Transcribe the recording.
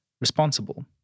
responsible